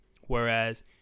Whereas